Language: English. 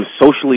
socially